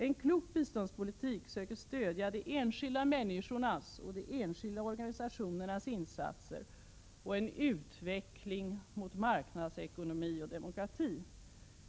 En klok biståndspolitik söker stödja de enskilda människornas och de enskilda organisationernas insatser och en utveckling mot marknadsekonomi och demokrati.